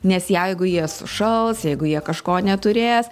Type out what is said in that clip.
nes jeigu jie sušals jeigu jie kažko neturės